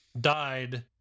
died